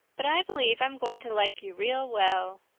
but i believe i'm going to like you real well.